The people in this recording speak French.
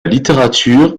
littérature